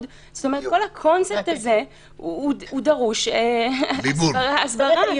חייב ללכת